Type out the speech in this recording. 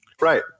Right